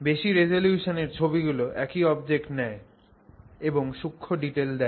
বেশি রিজোলিউশনের ছবিগুলো একই অবজেক্ট নেয় এবং সূক্ষ্ম ডিটেল দেয়